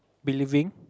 believing